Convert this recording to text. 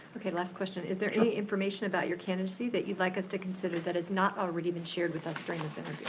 okay, last question, is there any information about your candidacy that you'd like us to consider that has not already been shared with us during this